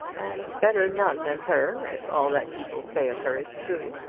and better none than her, if all that people say of her is true.